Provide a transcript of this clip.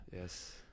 Yes